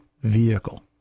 vehicle